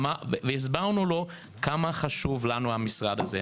והסברנו לו כמה חשוב לנו המשרד הזה,